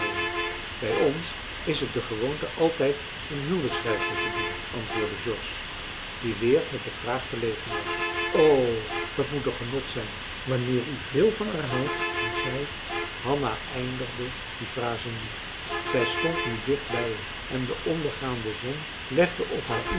bij ons is t de gewoonte altijd een huwelijksreisje te doen antwoordde george die weer met de vraag verlegen was o dat moet een genot zijn wanneer u veel van haar houdt en zij marcellus emants een drietal novellen hanna eindigde die fraze niet zij stond nu dicht bij hem en de ondergaande zon legde op haar